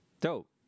Dope